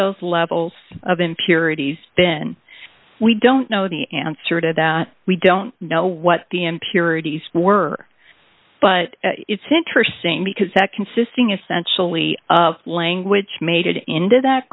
those levels of impurities been we don't know the answer to that we don't know what the impurities were but it's interesting because that consisting essentially of language made into that